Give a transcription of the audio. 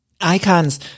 Icons